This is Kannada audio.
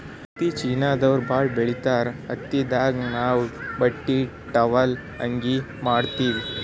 ಹತ್ತಿ ಚೀನಾದವ್ರು ಭಾಳ್ ಬೆಳಿತಾರ್ ಹತ್ತಿದಾಗ್ ನಾವ್ ಬಟ್ಟಿ ಟಾವೆಲ್ ಅಂಗಿ ಮಾಡತ್ತಿವಿ